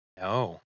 No